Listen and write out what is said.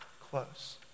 close